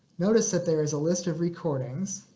notice that there is a list of recordings